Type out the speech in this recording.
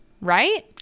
right